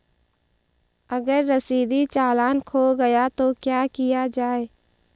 अगर रसीदी चालान खो गया तो क्या किया जाए?